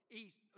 east